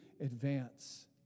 advance